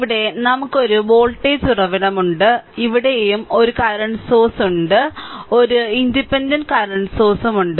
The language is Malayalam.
ഇവിടെ നമുക്ക് ഒരു വോൾട്ടേജ് ഉറവിടമുണ്ട് ഇവിടെയും ഇവിടെയും ഒരു കറന്റ് സോഴ്സ്മുണ്ട് ഇവിടെയും ഒരു ഇൻഡിപെൻഡന്റ് കറന്റ് സോഴ്സ്മുണ്ട്